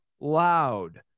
loud